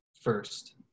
first